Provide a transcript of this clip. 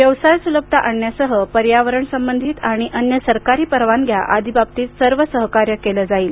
व्यवसाय सुलभता आणण्यासह पर्यावरण संबधित आणि अन्य सरकारी परवानग्या आदी बाबतीत सर्व सहकार्य केलं जाईल